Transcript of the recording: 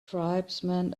tribesmen